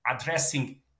addressing